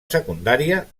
secundària